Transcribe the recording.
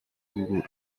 google